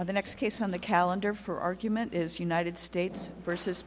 of the next case on the calendar for argument is united states versus